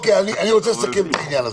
אני רוצה לסכם את העניין הזה.